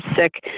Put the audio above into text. sick